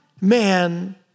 man